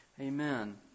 Amen